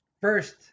first